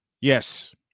Yes